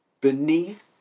beneath